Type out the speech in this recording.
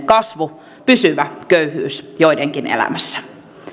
kasvu pysyvä köyhyys joidenkin elämässä